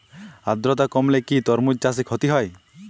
আদ্রর্তা কমলে কি তরমুজ চাষে ক্ষতি হয়?